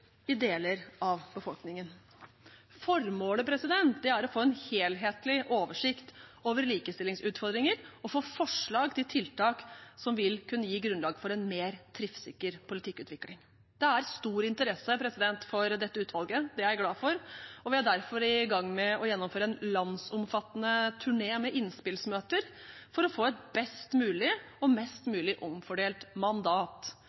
deler av befolkningen. Formålet er å få en helhetlig oversikt over likestillingsutfordringer og få forslag til tiltak som vil kunne gi grunnlag for en mer treffsikker politikkutvikling. Det er stor interesse for dette utvalget. Det er jeg glad for, og vi er derfor i gang med å gjennomføre en landsomfattende turné med innspillsmøter for å få et best mulig og mest mulig omfordelt mandat.